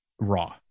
raw